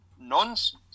nonsense